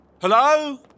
Hello